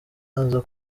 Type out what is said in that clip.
aza